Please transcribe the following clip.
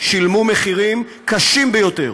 שילמו מחירים קשים ביותר,